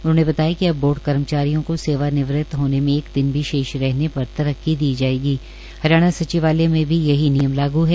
उन्होंने बताया कि अब बोर्ड कर्मचारियों को सेवानिवृत होने मे एक दिन भी शेष रहने पर तरक्की दी जायेगीहरियाणा सचिवालय में भी यह नियम लागू है